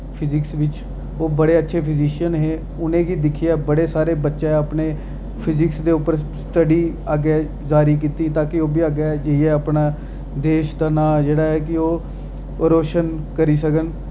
physics बिच ओह् बड़े अच्छे फिजिशियन हे उ'नें गी दिक्खियै बड़े सारे बच्चें अपने फिजिक्स दे उप्पर स्टडी अग्गें जारी कीती तां जे ओह् बी अग्गें इ'यै अपना देश दा नां जेह्ड़ा ऐ कि ओह् रोशन करी सकन